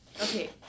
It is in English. okay